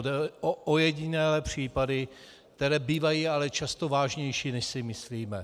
Jde ale o ojedinělé případy, které bývají ale často vážnější, než si myslíme.